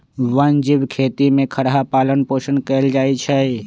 वन जीव खेती में खरहा पालन पोषण कएल जाइ छै